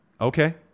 Okay